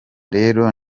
rero